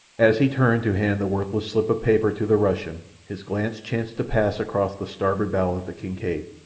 as he turned to hand the worthless slip of paper to the russian his glance chanced to pass across the starboard bow of the kincaid.